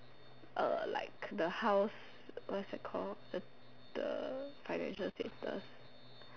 uh like the house what is that called the financial status